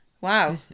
Wow